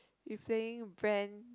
we playing brand